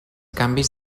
canvis